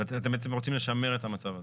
ואתם בעצם רוצים לשמר את המצב הזה.